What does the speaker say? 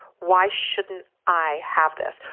why shouldn't i have this?